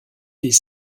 des